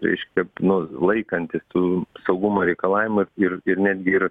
reiškia nu laikantis tų saugumo reikalavimų ir ir netgi ir